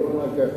בוא נאמר ככה,